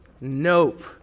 Nope